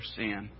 sin